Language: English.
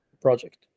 project